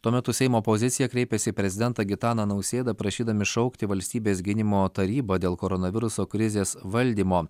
tuo metu seimo opozicija kreipėsi į prezidentą gitaną nausėdą prašydami šaukti valstybės gynimo tarybą dėl koronaviruso krizės valdymo